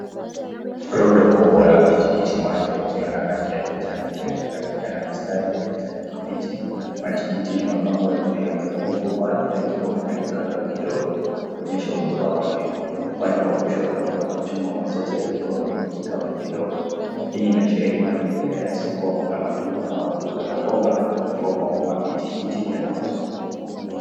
Rundo kubwa la matikiti maji yakiwa na rangi ya kijani iliyochanganyika na mistari ya kijani kibichi. Matikiti yamepangwa juu ya meza huku baadhi yakiwa yamekatwa kidogo kuonyesha ubora wake. Upande wa kushoto kuna machungwa machache yakiwa kwenye kikapu kidogo. Hii inashairi mazingira ya soko la matunda au duka la mboga ambapo matikiti yanauzwa.